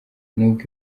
nubwo